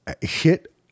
hit